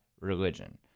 religion